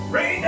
Rain